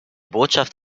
botschaft